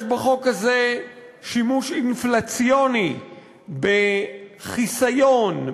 יש בחוק הזה שימוש אינפלציוני בחיסיון,